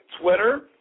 Twitter